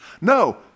No